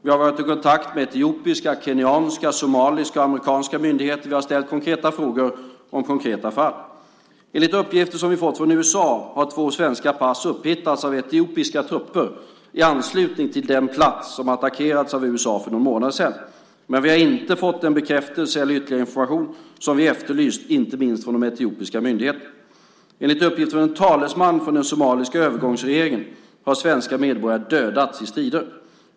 Vi har varit i kontakt med etiopiska, kenyanska, somaliska och amerikanska myndigheter. Vi har ställt konkreta frågor om konkreta fall. Enligt uppgifter som vi har fått från USA har två svenska pass upphittats av etiopiska trupper i anslutning till den plats som attackerats av USA för någon månad sedan. Men vi har inte fått den bekräftelse och ytterligare information som vi efterlyst, inte minst från de etiopiska myndigheterna. Enligt uppgift från en talesman för den somaliska övergångsregeringen har svenska medborgare dödats i strider.